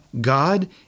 God